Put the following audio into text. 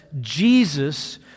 Jesus